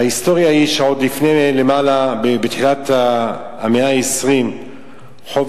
ההיסטוריה היא שבתחילת המאה ה-20 רחוב